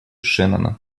шеннона